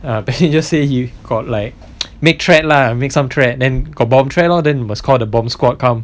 err passenger say he got like make threat lah make some threat then got bomb threat lor then you must call the bomb squad come